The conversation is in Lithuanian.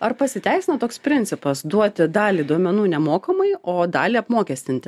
ar pasiteisina toks principas duoti dalį duomenų nemokamai o dalį apmokestinti